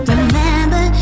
Remember